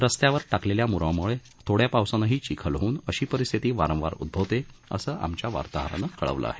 रस्त्यावर टाकलेल्या मुरुमामुळे थोडया पावसानेही चिखल होऊन अशी परिस्थिती वारंवार उदभवते असं आमच्या वार्ताहरानं सांगितलं आहे